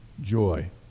joy